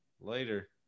Later